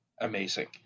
Amazing